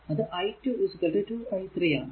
അത് i2 2 i 3 ആണ്